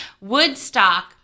Woodstock